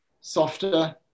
softer